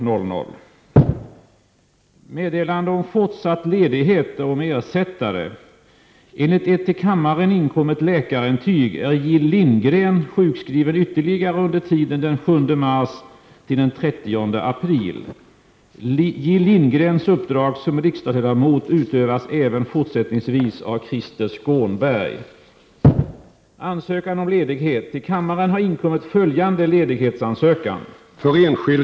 Bortsett från att många i och för sig ansåg Zick Zack vara ett dåligt TV-program, så måste förmodligen konsekvensen bli att radionämnden stoppar det av svenska folket mycket uppskattade Tipsextra-programmet med bl.a. inslag av spel på hästar, dvs. V 65, för vad är väl detta program om inte ett gynnande av AB Tipstjänst och AB Trav och Galopp ? Radionämndens ”dom” måste väl i konsekvensens namn betyda att man får visa resultaten, men inte hur det går till att få fram resultaten.